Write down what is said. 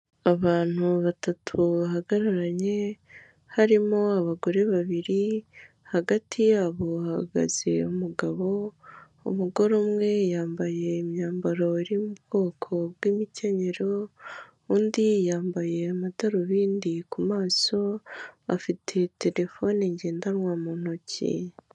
Abantu batatu bahagararanye harimo abagore babiri hagati yabo hahagaze umugabo, umugore umwe yambaye imyambaro iri mu bwoko bw'imikenyero, undi yambaye amadarubindi ku maso, afite terefone ngendanwa mu ntoki.